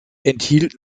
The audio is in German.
enthielt